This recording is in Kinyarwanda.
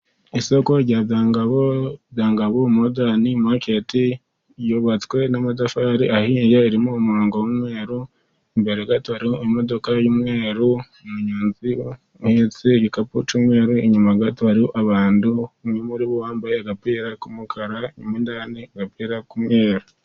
Isoko rya Byangabo, Byangabo modani maketi ryubatswe n'amatafari ahiye, ririmo umurongo w'umweru imbere gato, imodoka y'umweru ihetse igikapu cy'umweru, inyuma gato hari abantu umwe muri bo wambaye agapira kumukara undi yambaye agapira k'umweru.